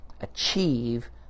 achieve